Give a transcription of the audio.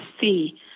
see